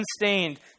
unstained